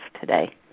today